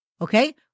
Okay